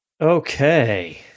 Okay